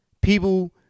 People